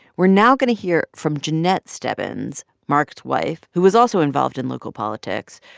we're now going to hear from jennet stebbins, mark's wife, who was also involved in local politics,